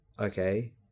okay